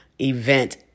event